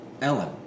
Ellen